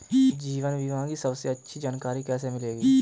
जीवन बीमा की सबसे अच्छी जानकारी कैसे मिलेगी?